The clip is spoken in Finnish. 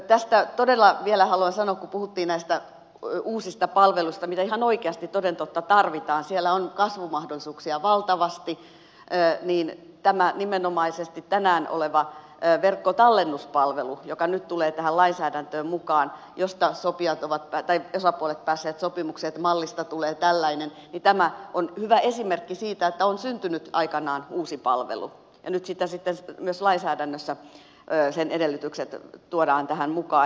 tästä todella vielä haluan sanoa kun puhuttiin näistä uusista palveluista mitä ihan oikeasti toden totta tarvitaan siellä on kasvumahdollisuuksia valtavasti että tämä nimenomaisesti tänään oleva verkkotallennuspalvelu joka nyt tulee tähän lainsäädäntöön mukaan josta osapuolet ovat päässeet sopimukseen että mallista tulee tällainen on hyvä esimerkki siitä että on syntynyt aikanaan uusi palvelu ja nyt sitten myös lainsäädännössä sen edellytykset tuodaan tähän mukaan